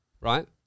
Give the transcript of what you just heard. Right